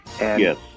Yes